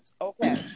Okay